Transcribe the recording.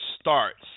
starts